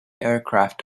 aircraft